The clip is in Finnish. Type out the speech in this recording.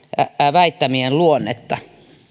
väittämien luonnetta